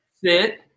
sit